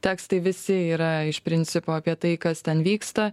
tekstai visi yra iš principo apie tai kas ten vyksta